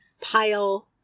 pile